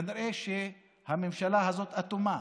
כנראה הממשלה הזאת אטומה.